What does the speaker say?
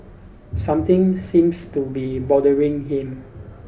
something seems to be bothering him